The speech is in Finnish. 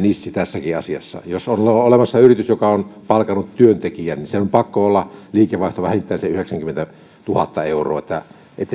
nissi tässäkin asiassa jos on olemassa yritys joka on palkannut työntekijän niin sillä on pakko olla liikevaihto vähintään se yhdeksänkymmentätuhatta euroa että